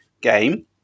game